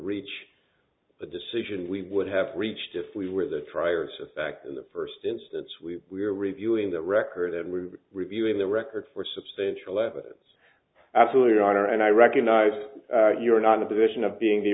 reach the decision we would have reached if we were the triers of fact in the first instance we we are reviewing that record and we're reviewing the record for substantial evidence absolutely your honor and i recognize you're not in the position of being the